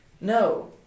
No